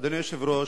אדוני היושב-ראש,